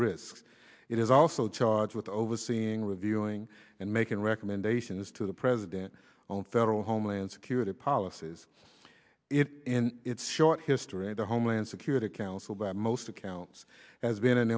it is also charged with overseeing reviewing and making recommendations to the president on federal homeland security policies in its short history the homeland security council by most accounts has been an